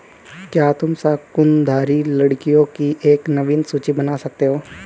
क्या तुम शंकुधारी लकड़ियों की एक नवीन सूची बना सकते हो?